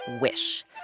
Wish